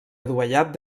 adovellat